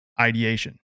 ideation